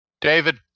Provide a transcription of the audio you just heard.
David